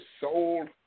sold